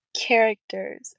Characters